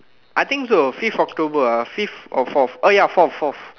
I think so fifth October ah fifth or fourth oh ya fourth fourth